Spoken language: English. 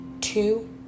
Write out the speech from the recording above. two